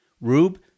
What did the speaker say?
Rube